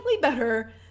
better